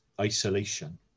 isolation